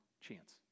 chance